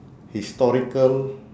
historical